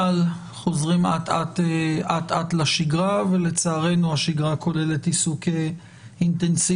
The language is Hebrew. חוזרים אט אט לשגרה ולצערנו השגרה כוללת עיסוק אינטנסיבי